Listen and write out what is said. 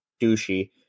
douchey